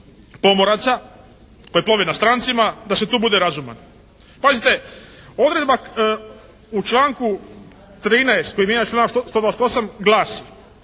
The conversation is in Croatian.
pomoraca koji plove na strancima, da se tu bude razuman. Pazite, odredba u članku 13. koji mijenja članak 128. glasi: